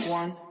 one